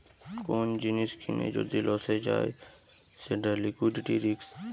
কোন জিনিস কিনে যদি লসে যায় সেটা লিকুইডিটি রিস্ক